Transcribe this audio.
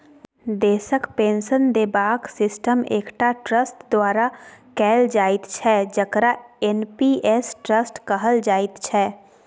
देशक पेंशन देबाक सिस्टम एकटा ट्रस्ट द्वारा कैल जाइत छै जकरा एन.पी.एस ट्रस्ट कहल जाइत छै